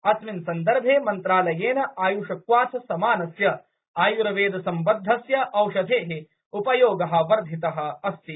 अस्मिन् सन्दर्भे मंत्रालयेन आय्षक्वाथ समानस्य आयुर्वेदसम्बद्धस्य औषधे उपयोग वर्धित अस्ति